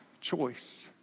choice